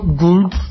good